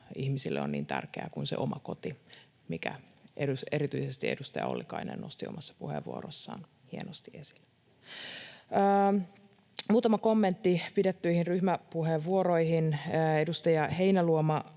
ihmisille on niin tärkeä kuin se oma koti, minkä erityisesti edustaja Ollikainen nosti omassa puheenvuorossaan hienosti esille. Muutama kommentti pidettyihin ryhmäpuheenvuoroihin: Edustaja Heinäluoma